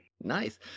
Nice